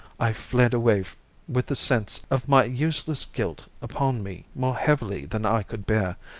i fled away with the sense of my useless guilt upon me more heavily than i could bear.